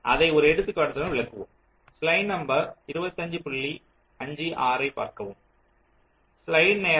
அதை ஒரு எடுத்துக்காட்டுடன் விளக்குவோம்